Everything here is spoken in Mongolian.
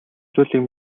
зүйлийг